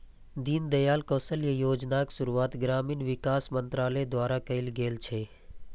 दीनदयाल कौशल्य योजनाक शुरुआत ग्रामीण विकास मंत्रालय द्वारा कैल गेल छै